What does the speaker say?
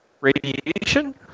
radiation